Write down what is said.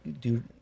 dude